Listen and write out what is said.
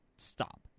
stop